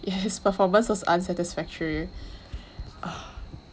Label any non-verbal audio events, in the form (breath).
yes his performance was unsatisfactory (breath)